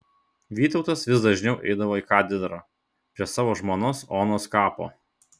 vytautas vis dažniau eidavo į katedrą prie savo žmonos onos kapo